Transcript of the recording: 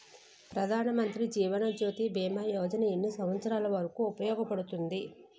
ప్రధాన్ మంత్రి జీవన్ జ్యోతి భీమా యోజన ఎన్ని సంవత్సారాలు వరకు ఉపయోగపడుతుంది?